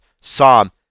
Psalm